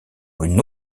une